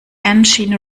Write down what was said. engine